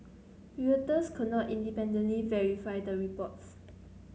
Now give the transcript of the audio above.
Reuters could not independently verify the reports